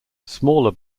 smaller